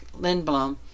Lindblom